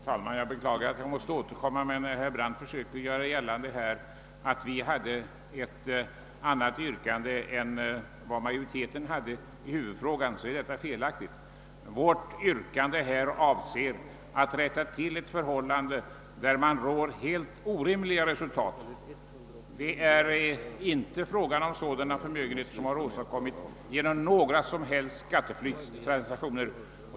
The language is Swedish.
Herr talman! Jag beklagar att jag måste återkomma. Herr Brandt försökte göra gällande att vi har ett annat yrkande i huvudfrågan än utskottets majoritet. Detta är felaktigt. Vårt yrkande avser att rätta till ett förhållande där man når helt orimliga resultat. Det är inte fråga om sådana förmögenheter som åstadkommits genom några som helst skatteflyktstransaktioner.